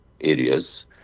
areas